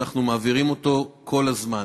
ואנחנו מעבירים אותו כל הזמן.